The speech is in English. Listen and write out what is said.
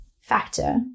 factor